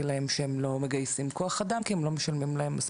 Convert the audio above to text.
להם שהם לא מגייסים כוח אדם כי הם לא משלמים מספיק,